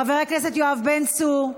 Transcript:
חבר הכנסת יואב בן צור,